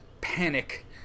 panic